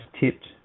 tipped